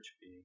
fee